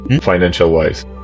financial-wise